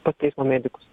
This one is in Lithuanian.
pas teismo medikus